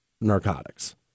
narcotics